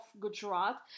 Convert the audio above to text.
Gujarat